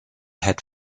had